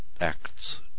Acts